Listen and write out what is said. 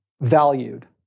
valued